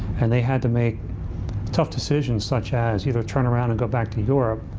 and they had to make tough decisions, such as either turn around and go back to europe,